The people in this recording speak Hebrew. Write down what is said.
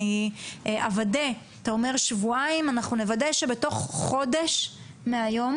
אני אוודא-אתה אומר שבועיים ואנחנו נוודא שבתוך חודש מהיום